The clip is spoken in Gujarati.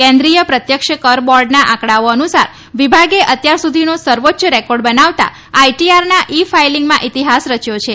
કેન્દ્રીય પ્રત્યક્ષ કર બોર્ડના આંકડાઓ અનુસાર વિભાગે અત્યાર સુધીનો સર્વોચ્ય રેકોર્ડ બનાવતા આઈટીઆરના ઈ ફાઈલિંગમાં ઈતિહાસ રચ્યો છે